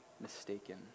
mistaken